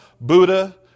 Buddha